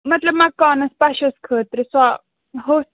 مطلب مکانَس پَشَس خٲطرٕ سۄ